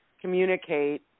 Communicate